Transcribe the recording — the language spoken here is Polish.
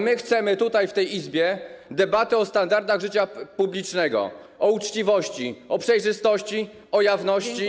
Ale my chcemy tutaj, w tej Izbie, debaty o standardach życia publicznego, o uczciwości, o przejrzystości, o jawności.